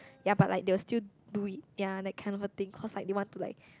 ya but like they will still do it ya that kind of a thing cause like they want to like